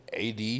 AD